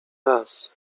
raz